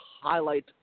highlight